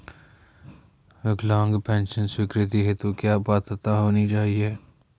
विकलांग पेंशन स्वीकृति हेतु क्या पात्रता होनी चाहिये?